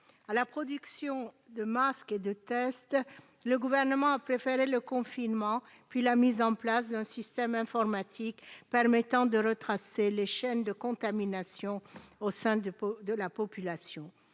à la production de masques et de tests le Gouvernement a préféré le confinement, puis la mise en place d'un système informatique retraçant les chaînes de contamination au sein de la population.